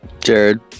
Jared